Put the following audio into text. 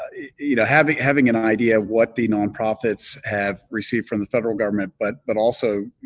you know, having having an idea what the non-profits have received from the federal government, but but also,